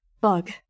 Bug